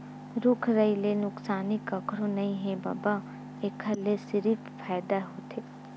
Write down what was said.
रूख राई ले नुकसानी कखरो नइ हे बबा, एखर ले सिरिफ फायदा होथे